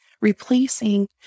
replacing